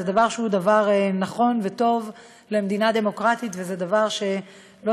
זה דבר שהוא דבר נכון וטוב למדינה דמוקרטית וזה דבר שלא